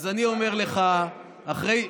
אז אני אומר לך -- די והותר.